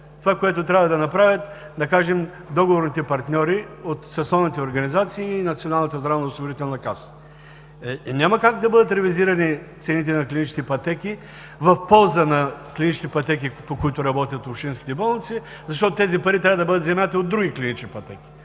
Това, което трябва да направят, да кажем, договорните партньори от съсловните организации и Националната здравноосигурителна каса. Е, няма как да бъдат ревизирани цените на клиничните пътеки в полза на клинични пътеки, по които работят общинските болници, защото тези пари трябва да бъдат взети от други клинични пътеки.